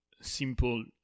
simple